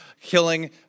killing